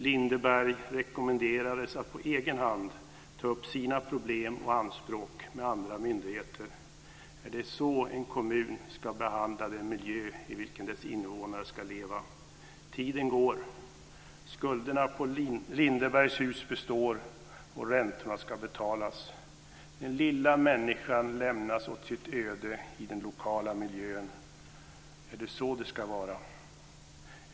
Lindeberg rekommenderades att på egen hand ta upp sina problem och anspråk med andra myndigheter. Är det så en kommun ska behandla den miljö i vilken dess invånare ska leva? Tiden går. Skulderna på Lindebergs hus består och räntorna ska betalas. Den lilla människan lämnas åt sitt öde i den lokala miljön. Är det så det ska vara?